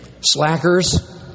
slackers